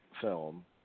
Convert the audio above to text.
film